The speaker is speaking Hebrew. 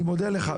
אני מודה לך.